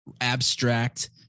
abstract